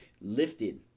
lifted